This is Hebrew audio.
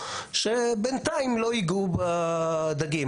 שבינתיים לא יגעו בדגים,